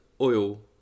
oil